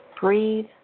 Breathe